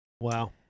Wow